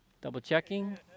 Double-checking